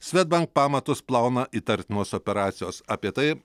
svedbank pamatus plauna įtartinos operacijos apie tai